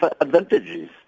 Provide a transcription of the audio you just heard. advantages